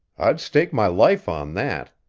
i'd stake my life on that.